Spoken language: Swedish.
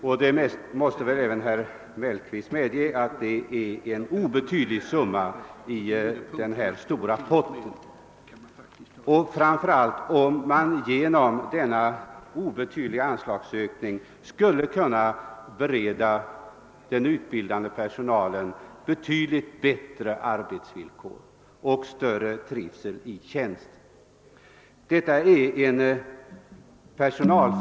Herr Mellqvist måste väl medge att detta är en obetydlig summa i denna stora pott, framför allt som den lilla anslagsökningen skulle kunna bereda den utbildande personalen bättre arbetsvillkor och större trivsel i tjänsten och ge bättre utbildningsresultat.